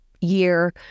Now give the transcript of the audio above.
year